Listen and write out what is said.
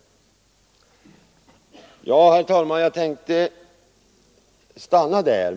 Herr talman! Jag tänkte stanna här.